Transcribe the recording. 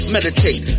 Meditate